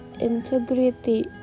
integrity